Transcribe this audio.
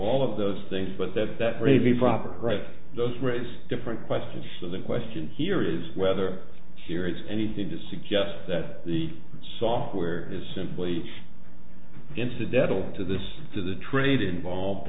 all of those things but that that crazy property rights those raise a different question so the question here is whether here is anything to suggest that the software is simply incidental to this to the trade involved